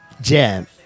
jam